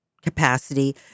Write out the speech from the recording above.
capacity